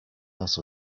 house